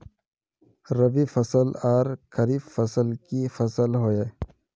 रवि फसल आर खरीफ फसल की फसल होय?